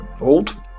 Old